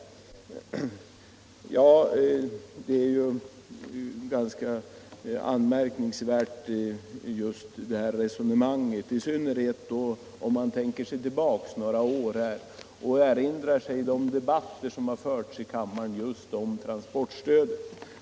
Ett sådant resonemang är ganska anmärkningsvärt, i synnerhet om man tänker tillbaka några år och erinrar sig de debatter som förts i riksdagen just om transportstödet.